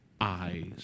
eyes